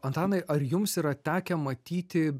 antanai ar jums yra tekę matyti